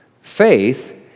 faith